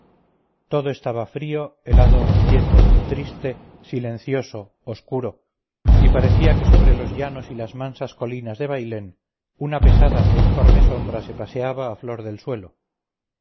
todo estaba frío helado quieto triste silencioso oscuro y parecía que sobre los llanos y las mansas colinas de bailén una pesada e informe sombra se paseaba a flor del suelo